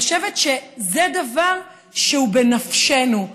אני חושבת שזה דבר שהוא בנפשנו,